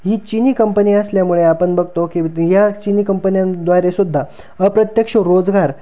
ही चिनी कंपनी असल्यामुळे आपण बघतो की या चिनी कंपन्यांद्वारेसुद्धा अप्रत्यक्ष रोजगार